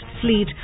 fleet